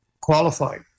qualified